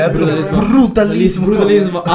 Brutalismo